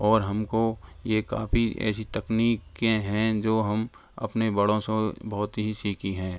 और हमको ये काफ़ी ऐसी तकनीकें हैं जो हम अपने बड़ों से बहुत ही सीखी है